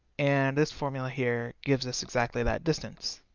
and this formula here gives us exactly that distance.